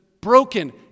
broken